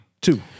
two